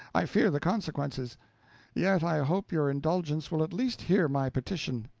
i fear the consequences yet i hope your indulgence will at least hear my petition.